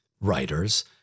writers